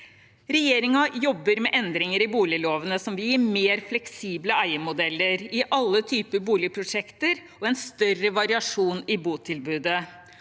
Regjeringen jobber med endringer i boliglovene som vil gi mer fleksible eiermodeller i alle typer boligprosjekter og gi en større variasjon i botilbudet.